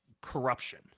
corruption